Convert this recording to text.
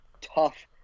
tough